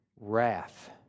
wrath